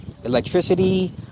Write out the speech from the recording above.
electricity